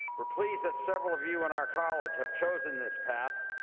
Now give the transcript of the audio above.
we're pleased that several of you in our college have chosen this path.